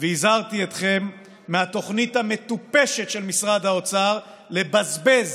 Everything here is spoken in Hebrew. והזהרתי אתכם מהתוכנית המטופשת של משרד האוצר לבזבז